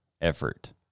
effort